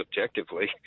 objectively